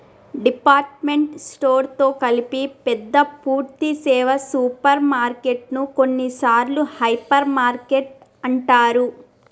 department store తో కలిపి పెద్ద పూర్థి సేవ సూపర్ మార్కెటు ను కొన్నిసార్లు హైపర్ మార్కెట్ అంటారు